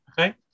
Okay